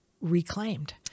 reclaimed